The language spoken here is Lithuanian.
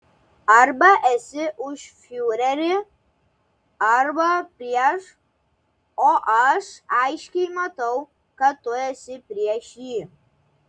arba esi už fiurerį arba prieš o aš aiškiai matau kad tu esi prieš jį